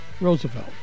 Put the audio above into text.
Roosevelt